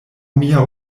mia